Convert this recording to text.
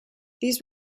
these